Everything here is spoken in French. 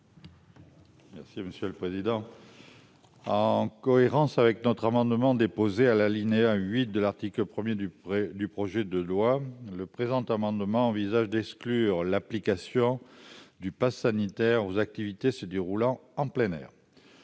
M. Lucien Stanzione. En cohérence avec notre amendement déposé à l'alinéa 8 de l'article 1 de ce projet de loi, le présent amendement vise à exclure l'application du passe sanitaire aux activités se déroulant en plein air.